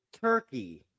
Turkey